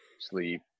sleep